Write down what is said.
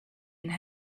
and